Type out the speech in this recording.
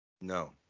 No